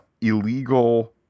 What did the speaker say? illegal